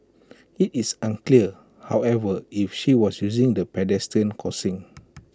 IT is unclear however if she was using the pedestrian crossing